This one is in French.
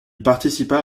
participa